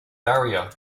barrier